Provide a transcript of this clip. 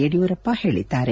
ಯಡಿಯೂರಪ್ಪ ಹೇಳಿದ್ದಾರೆ